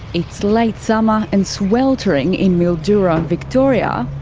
it's late summer and sweltering in mildura, victoria.